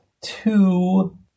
two